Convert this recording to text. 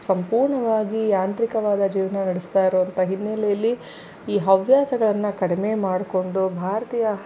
ಸಂಪೂರ್ಣವಾಗಿ ಯಾಂತ್ರಿಕವಾದ ಜೀವನ ನಡೆಸ್ತಾಯಿರುವಂಥ ಹಿನ್ನೆಲೆಯಲ್ಲಿ ಈ ಹವ್ಯಾಸಗಳನ್ನ ಕಡಿಮೆ ಮಾಡಿಕೊಂಡು ಭಾರತೀಯ